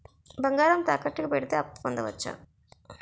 బంగారం తాకట్టు కి పెడితే అప్పు పొందవచ్చ?